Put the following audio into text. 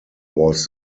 was